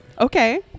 Okay